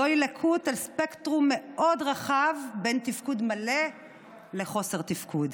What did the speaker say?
זוהי לקות על ספקטרום מאוד רחב של בין תפקוד מלא לחוסר תפקוד.